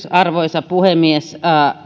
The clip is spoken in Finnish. arvoisa puhemies